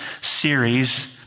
series